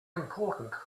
important